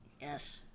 Yes